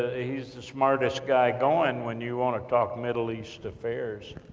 ah he's the smartest guy going, when you want to talk middle east affairs.